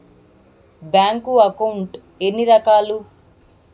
bank account ఎన్ని రకాలు